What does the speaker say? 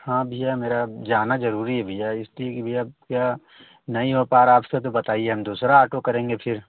हाँ भैया मेरा जाना ज़रूरी है भिया इसके लिए भिया क्या नहीं हो पा रहा है आपसे तो बताइए हम दूसरा ऑटो करेंगे फिर